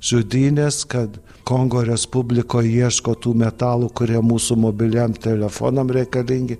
žudynės kad kongo respublikoj ieško tų metalų kurie mūsų mobiliem telefonam reikalingi